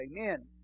Amen